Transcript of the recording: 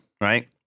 right